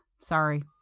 Sorry